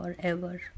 forever